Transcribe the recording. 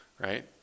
right